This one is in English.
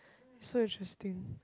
so interesting